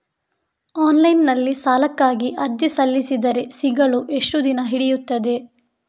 Online ನಲ್ಲಿ ಸಾಲಕ್ಕಾಗಿ ಅರ್ಜಿ ಸಲ್ಲಿಸಿದರೆ ಸಿಗಲು ಎಷ್ಟು ದಿನ ಹಿಡಿಯುತ್ತದೆ?